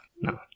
No